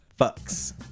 Fucks